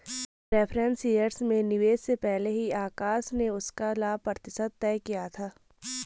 preference shares में निवेश से पहले ही आकाश ने उसका लाभ प्रतिशत तय किया था